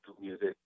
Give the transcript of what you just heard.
music